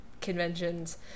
conventions